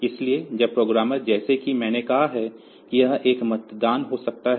इसलिए अब प्रोग्रामर जैसा कि मैंने कहा कि यह एक मतदान हो सकता है